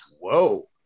Whoa